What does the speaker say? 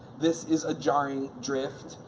this is a jarring drift,